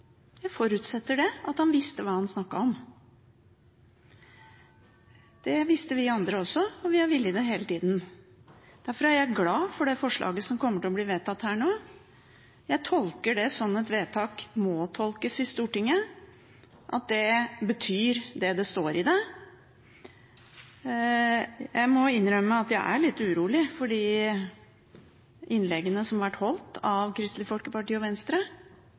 Jeg forutsetter at han visste hva han snakket om. Det visste vi andre også, og vi har villet det hele tida. Derfor er jeg glad for det forslaget som kommer til å bli vedtatt her nå. Jeg tolker det slik et vedtak må tolkes i Stortinget, at det betyr det som står i det. Jeg må innrømme at jeg er litt urolig for de innleggene som har vært holdt av Kristelig Folkeparti og Venstre.